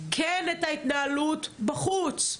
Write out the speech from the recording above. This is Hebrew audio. כן את ההתנהלות בחוץ,